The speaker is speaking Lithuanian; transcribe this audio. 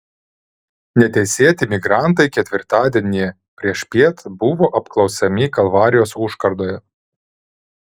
neteisėti migrantai ketvirtadienį priešpiet buvo apklausiami kalvarijos užkardoje